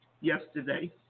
yesterday